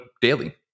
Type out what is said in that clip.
daily